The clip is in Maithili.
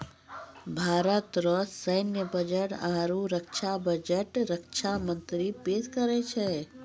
भारत रो सैन्य बजट आरू रक्षा बजट रक्षा मंत्री पेस करै छै